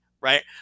right